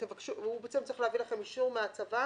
והוא בעצם צריך להביא לכם אישור מהצבא